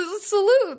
salute